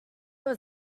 were